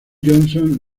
johnson